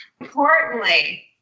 Importantly